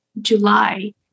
July